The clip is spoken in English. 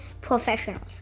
Professionals